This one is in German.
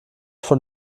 von